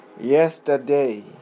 Yesterday